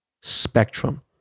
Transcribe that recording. spectrum